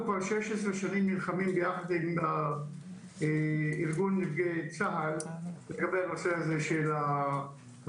אנחנו כבר 15 שנים נלחמים ביחד עם ארגון נכי צה"ל בנושא הזה של הוועדה.